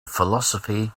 philosophy